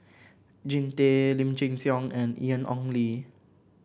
Jean Tay Lim Chin Siong and Ian Ong Li